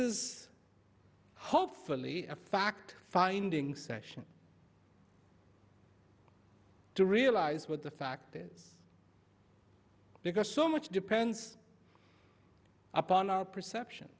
is hopefully a fact finding session to realize what the fact is because so much depends upon our perception